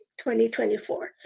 2024